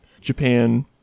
Japan